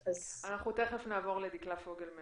אנחנו תכף נעבור לדקלה פוגל,